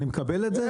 אני מקבל את זה.